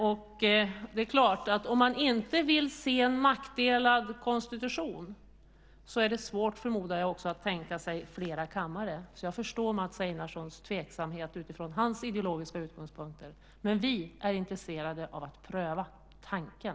Och det är klart att om man inte vill se en maktdelad konstitution förmodar jag att det också är svårt att tänka sig flera kammare. Jag förstår alltså Mats Einarssons tveksamhet utifrån hans ideologiska utgångspunkter, men vi är intresserade av att pröva tanken.